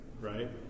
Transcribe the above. right